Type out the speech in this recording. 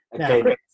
Okay